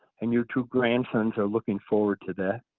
and your two grandsons are looking forward to that.